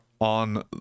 on